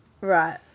Right